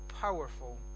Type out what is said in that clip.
powerful